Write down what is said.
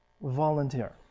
volunteer